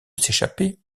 s’échapper